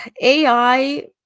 AI